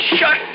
Shut